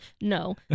no